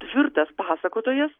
tvirtas pasakotojas